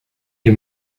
des